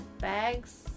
bags